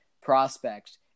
prospect